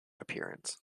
appearance